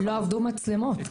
לא עבדו מצלמות.